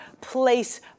place